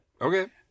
Okay